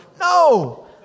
no